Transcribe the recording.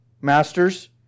Masters